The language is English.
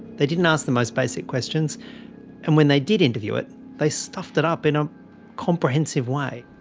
they didn't ask the most basic questions and when they did interview it they stuffed it up in a comprehensive way.